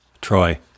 Troy